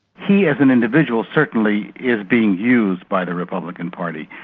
he as an individual certainly is being used by the republican party.